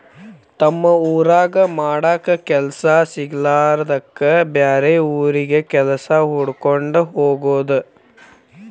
ತಮ್ಮ ಊರಾಗ ಮಾಡಾಕ ಕೆಲಸಾ ಸಿಗಲಾರದ್ದಕ್ಕ ಬ್ಯಾರೆ ಊರಿಗೆ ಕೆಲಸಾ ಹುಡಕ್ಕೊಂಡ ಹೊಗುದು